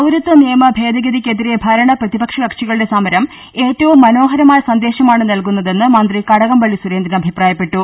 പൌരത്വ നിയമ ഭേദഗതിയ്ക്കെതിരെ ഭരണ പ്രതിപക്ഷ കക്ഷി കളുടെ സമരം ഏറ്റവും മനോഹരമായ സന്ദേശമാണ് നൽകുന്ന തെന്ന് മന്ത്രി കടകംപളളി സുരേന്ദ്രൻ അഭിപ്പാ്യപ്പെട്ടു